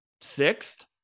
sixth